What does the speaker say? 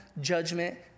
judgment